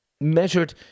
measured